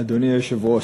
היושב-ראש,